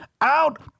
out